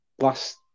last